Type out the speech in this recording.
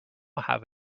have